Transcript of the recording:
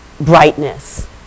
brightness